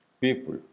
people